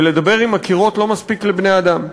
ולדבר עם הקירות לא מספיק לבני-אדם.